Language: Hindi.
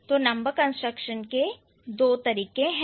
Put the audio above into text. तो नंबर कंस्ट्रक्शन के दो तरीके हैं